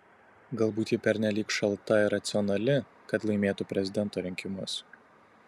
galbūt ji pernelyg šalta ir racionali kad laimėtų prezidento rinkimus